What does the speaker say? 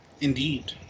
indeed